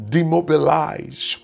Demobilize